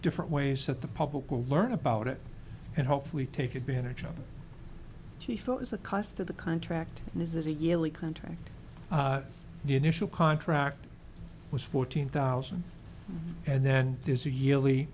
different ways that the public will learn about it and hopefully take advantage of it she thought is the cost of the contract and is it a yearly contact the initial contract was fourteen thousand and then there's a yearly